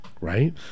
Right